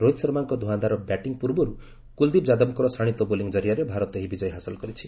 ରୋହିତ ଶର୍ମାଙ୍କ ଧ୍ରଆଁଧାର ବ୍ୟାଟିଂ ପୂର୍ବରୁ କୁଲଦୀପ ଯାଦବଙ୍କର ଶାଶିତ ବୋଲିଂ କରିଆରେ ଭାରତ ଏହି ବିଜୟ ହାସଲ କରିଛି